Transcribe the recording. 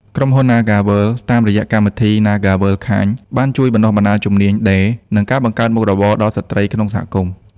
ក្រុមហ៊ុន ណាហ្គាវើលដ៍ (NagaWorld) តាមរយៈកម្មវិធី "NagaWorld Kind" បានជួយបណ្តុះបណ្តាលជំនាញដេរ និងការបង្កើតមុខរបរដល់ស្ត្រីក្នុងសហគមន៍។